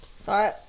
Sorry